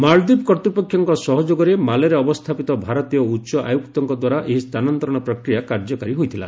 ମାଳଦ୍ୱୀପ କର୍ତ୍ତ୍ୱପକ୍ଷଙ୍କ ସହଯୋଗରେ ମାଲେରେ ଅବସ୍ଥାପିତ ଭାରତୀୟ ଉଚ୍ଚ ଆୟୁକ୍ତଙ୍କ ଦ୍ୱାରା ଏହି ସ୍ଥାନାନ୍ତରଣ ପ୍ରକ୍ୟିୟା କାର୍ଯ୍ୟକାରୀ ହୋଇଥିଲା